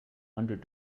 hundred